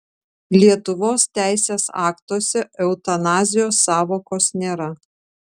lietuvos teisės aktuose eutanazijos sąvokos nėra